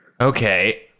Okay